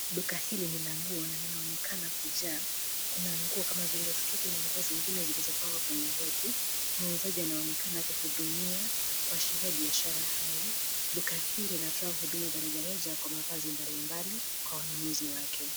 Duka hili ni la nguo na linaonekana kujaa; kuna nguo kama vile sketi na nguo zingine zilizopangwa kwenye rack . Muuzaji anaonekana akihudumia kuashiria biashara hai. Duka hili linatoa huduma za rejareja kwa mavazi mbalimbali kwa wanunuzi wake.